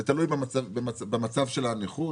זה תלוי במצב של הנכות.